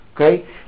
Okay